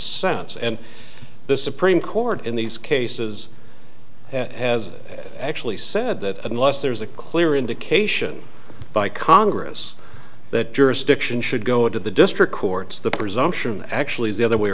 sense and the supreme court in these cases has actually said that unless there is a clear indication by congress that jurisdiction should go to the district courts the presumption actually is the other way